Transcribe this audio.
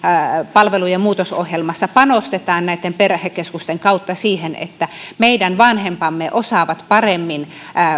palvelujen muutosohjelmassa panostetaan perhekeskusten kautta siihen että meidän vanhempamme osaavat paremmin